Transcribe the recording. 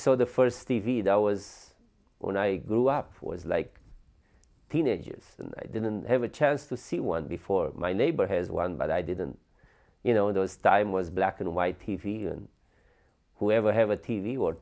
saw the first t v that was when i grew up was like teenagers and i didn't have a chance to see one before my neighbor has one but i didn't you know those time was black and white t v and whoever have a t v or